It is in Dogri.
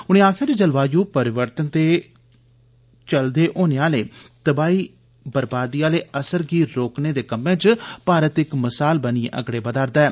उनें आक्खेआ जे जलवायु परिवर्तन दे चलदे होने आले तवाही बर्बादी आले असर गी रोकने दे कम्में च भारत इक मसाल बनियै अगड़े बधा करदा ऐ